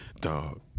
Dog